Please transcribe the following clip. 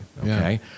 okay